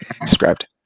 described